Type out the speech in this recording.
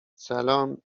سلام